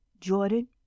Jordan